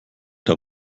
der